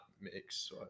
mix